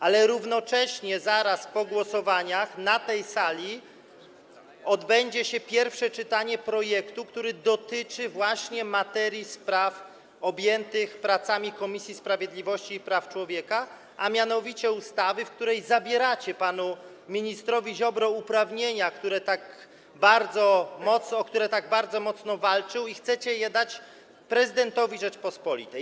Ale równocześnie zaraz po głosowaniach na tej sali odbędzie się pierwsze czytanie projektu, który dotyczy właśnie materii spraw objętych pracami Komisji Sprawiedliwości i Praw Człowieka, a mianowicie ustawy, w której zabieracie panu ministrowi Ziobrze uprawnienia, o które tak bardzo mocno walczył, i chcecie je dać prezydentowi Rzeczypospolitej.